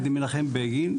על ידי מנחם בגין,